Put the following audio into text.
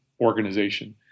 organization